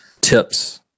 tips